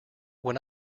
when